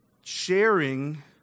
sharing